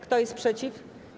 Kto jest przeciw?